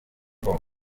form